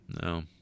No